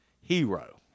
Hero